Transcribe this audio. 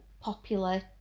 popular